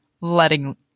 letting